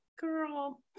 girl